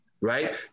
Right